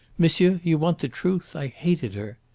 monsieur, you want the truth i hated her!